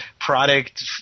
product